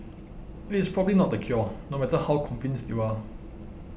it is probably not the cure no matter how convinced you are